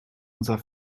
unser